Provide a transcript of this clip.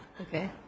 Okay